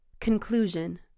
CONCLUSION